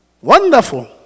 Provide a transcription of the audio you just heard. Wonderful